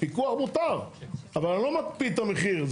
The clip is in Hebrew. פיקוח מותר, אבל אני לא מקפיא את המחיר.